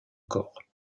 corps